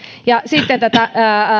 sitten tätä